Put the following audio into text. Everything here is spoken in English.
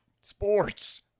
Sports